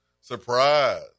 Surprise